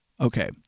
Okay